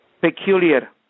Peculiar